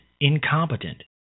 incompetent